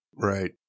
Right